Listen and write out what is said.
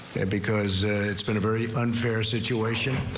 and because it's been a very unfair situation.